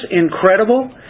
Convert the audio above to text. incredible